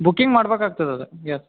booking ಮಾಡ್ಬೇಕಾಗ್ತದೆ ಅದು gas